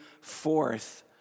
forth